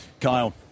Kyle